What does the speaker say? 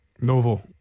Novo